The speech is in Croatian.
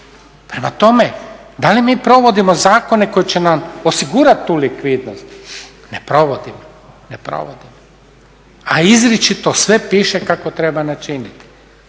Prema tome, da li mi provodimo zakone koji će nam osigurati tu likvidnost, ne provodimo, ne provodimo. A izričito sve piše kako treba načiniti.